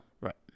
Right